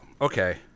Okay